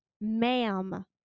Ma'am